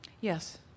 Yes